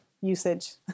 usage